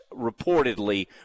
reportedly